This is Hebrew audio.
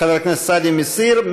חבר הכנסת סעדי מסיר.